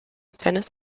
tennis